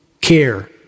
care